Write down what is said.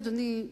אדוני,